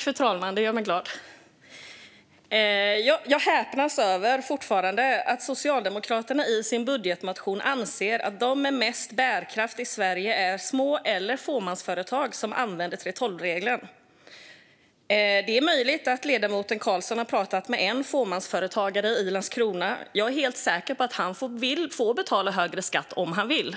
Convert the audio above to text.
Fru talman! Jag häpnar fortfarande över att Socialdemokraterna i sin budgetmotion anser att de med mest bärkraft i Sverige är små eller fåmansföretag som använder 3:12-reglerna. Ledamoten Karlsson må ha pratat med en fåmansföretagare i Landskrona, och jag är helt säker på att han får betala högre skatt om han vill.